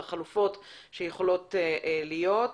החלופות שיכולות להיות.